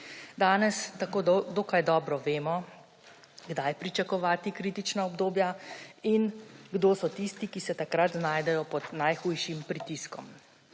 Danes tako dokaj dobro vemo, kdaj pričakovati kritična obdobja in kdo so tisti, ki se takrat znajdejo pod najhujšim pritiskom.